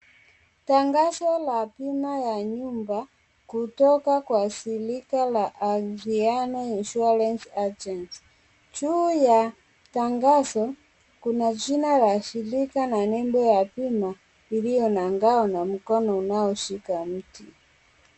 Tangazo la bima ya nyumba kutoka kwa shirika la Anziano Insurance Agency. Juu ya tangazo kuna jina ya shirika na nembo ya bima ulio na ngao na mkono unaoshika mti.